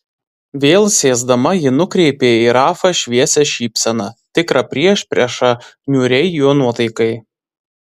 vėl sėsdama ji nukreipė į rafą šviesią šypseną tikrą priešpriešą niūriai jo nuotaikai